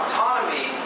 Autonomy